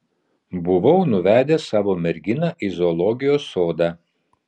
buvau nuvedęs savo merginą į zoologijos sodą